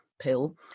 pill